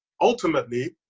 ultimately